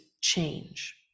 change